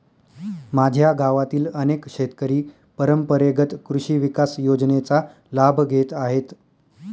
माझ्या गावातील अनेक शेतकरी परंपरेगत कृषी विकास योजनेचा लाभ घेत आहेत